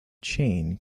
chain